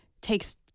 takes